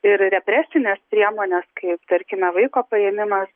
ir represines priemones kaip tarkime vaiko paėmimas